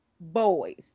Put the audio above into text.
boys